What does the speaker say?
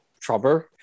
trouble